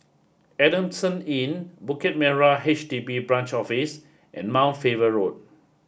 Adamson Inn Bukit Merah H D B Branch Office and Mount Faber Road